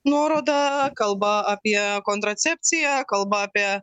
nuoroda kalba apie kontracepciją kalba apie